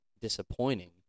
disappointing